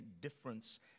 difference